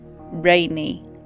rainy